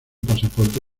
pasaporte